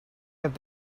have